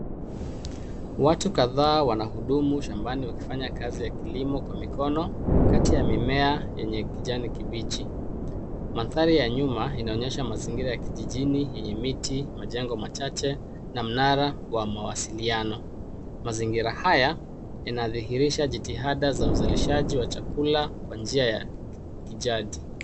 Watu kadhaa wanahudumu shambani wakifanya kazi ya kilimo kwa mikono kati ya mimea yenye kijani kibichi. Mandhari ya nyuma inaonyesha mazingira ya kijijini yenye miti, majengo machache na mnara wa mawasiliano. Mazingira haya yanadhihirisha jitihada za uzalishaji wa chakula kwa njia ya kijadi.